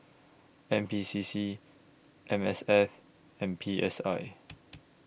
N P C C M S F and P S I